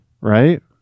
right